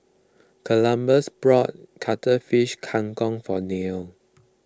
Columbus bought Cuttlefish Kang Kong for Neil